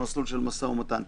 במסלול של משא ומתן,